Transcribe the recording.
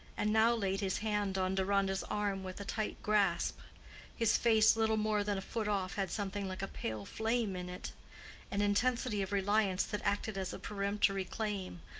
and now laid his hand on deronda's arm with a tight grasp his face little more than a foot off had something like a pale flame in it an intensity of reliance that acted as a peremptory claim,